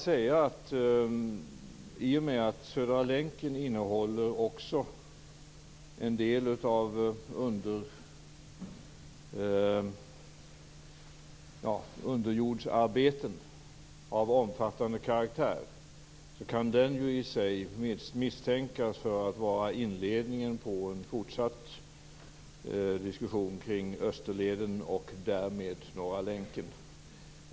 I och med att Södra länken också innehåller en del underjordsarbeten av omfattande karaktär kan den i sig misstänkas för att vara inledningen på en fortsatt diskussion kring Österleden och därmed Norra länken.